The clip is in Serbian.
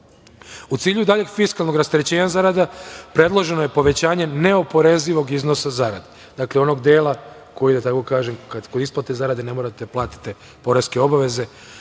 U cilju daljeg fiskalnog rasterećenja zarada, predloženo je povećanje neoporezivog iznosa zarade. Dakle, onog dela koji je, da tako kažem, kad kod isplate zarade ne morate da platite poreske obaveze